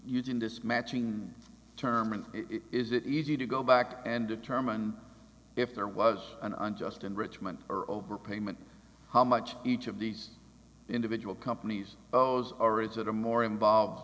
using this matching term and it is easy to go back and determine if there was an unjust enrichment or overpayment how much each of these individual companies owes origin or more involved